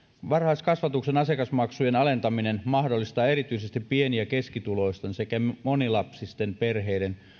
varhaiskasvatuksen asiakasmaksujen alentaminen mahdollistaa erityisesti pieni ja keskituloisten sekä monilapsisten perheiden